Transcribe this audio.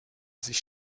sich